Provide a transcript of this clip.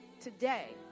today